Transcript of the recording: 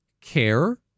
care